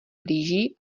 blíží